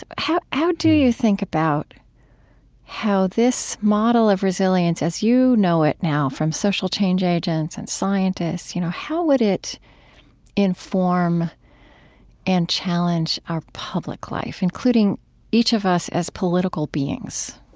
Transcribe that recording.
how how do you think about how this model of resilience as you know it now from social change agents and scientists, you know, how would it inform and challenge our public life, including each of us as political beings?